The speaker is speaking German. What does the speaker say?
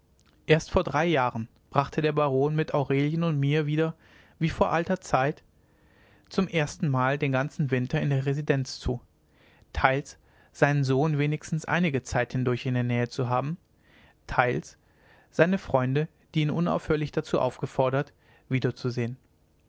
erst vor drei jahren brachte der baron mit aurelien und mit mir wieder wie vor alter zeit zum erstenmal den ganzen winter in der residenz zu teils seinen sohn wenigstens einige zeit hindurch in der nähe zu haben teils seine freunde die ihn unaufhörlich dazu aufgefordert wiederzusehen